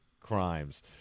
crimes